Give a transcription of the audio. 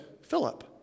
Philip